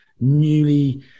newly